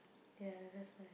ya that's why